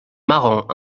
marrant